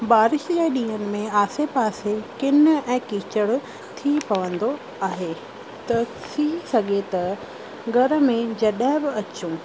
बारिश जे ॾींहं में आसे पासे किन ऐं कीचड़ थी पवंदो आहे त थी सघे त घर में जॾहिं बि अचूं